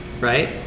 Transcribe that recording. right